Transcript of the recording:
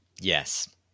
Yes